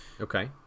Okay